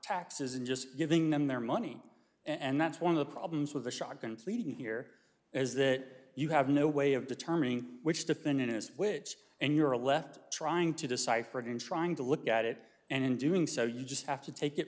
taxes in just giving them their money and that's one of the problems with a shotgun pleading here is that you have no way of determining which defendant is which and you're left trying to decipher it in trying to look at it and in doing so you just have to take it